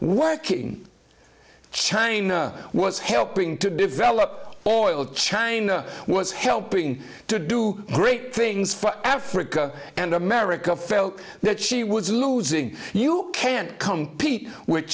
working china was helping to develop all oil china was helping to do great things for africa and america felt that she was losing you can't compete with